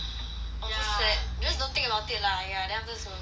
aw so sad just don't think about it lah !aiya! then afterwards it will come by